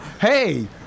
hey